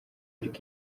ariko